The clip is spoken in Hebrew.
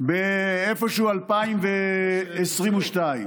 איפשהו ב-2022.